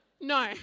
no